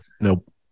Nope